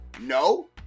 No